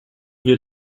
wir